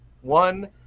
one